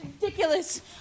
ridiculous